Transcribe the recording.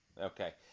Okay